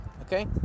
okay